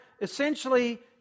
essentially